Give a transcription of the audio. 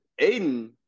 Aiden